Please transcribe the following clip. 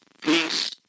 peace